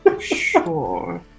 Sure